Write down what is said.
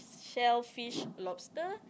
shellfish lobster